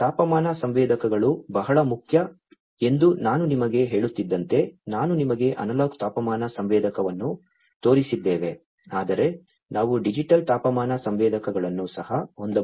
ತಾಪಮಾನ ಸಂವೇದಕಗಳು ಬಹಳ ಮುಖ್ಯ ಎಂದು ನಾನು ನಿಮಗೆ ಹೇಳುತ್ತಿದ್ದಂತೆ ನಾನು ನಿಮಗೆ ಅನಲಾಗ್ ತಾಪಮಾನ ಸಂವೇದಕವನ್ನು ತೋರಿಸಿದ್ದೇನೆ ಆದರೆ ನಾವು ಡಿಜಿಟಲ್ ತಾಪಮಾನ ಸಂವೇದಕಗಳನ್ನು ಸಹ ಹೊಂದಬಹುದು